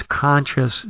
conscious